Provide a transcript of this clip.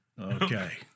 Okay